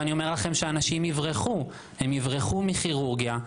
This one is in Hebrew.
אני אומר לכם שאנשים יברחו: הם יברחו מכירורגיה,